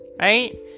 Right